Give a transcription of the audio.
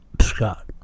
Scott